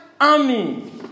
army